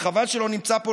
וחבל שלא נמצא פה,